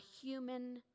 human